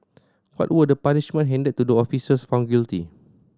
what were the punishment handed to the officers found guilty